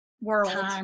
world